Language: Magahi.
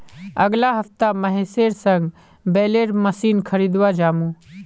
अगला हफ्ता महेशेर संग बेलर मशीन खरीदवा जामु